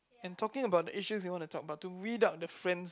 and talking about the issues you wanna talk about to read out the friends